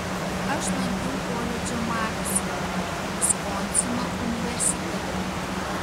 aš lankiau koledžą madisone viskonsino universitete